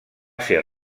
ser